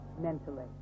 mentally